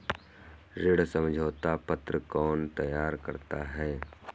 ऋण समझौता पत्र कौन तैयार करता है?